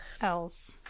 else